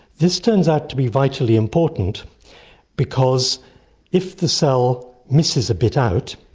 this turns out to be vitally important because if the cell misses a bit out,